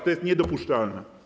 To jest niedopuszczalne.